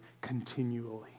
continually